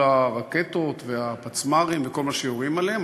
הרקטות והפצמ"רים וכל מה שיורים עליהם,